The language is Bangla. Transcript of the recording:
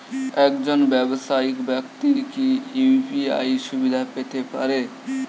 একজন ব্যাবসায়িক ব্যাক্তি কি ইউ.পি.আই সুবিধা পেতে পারে?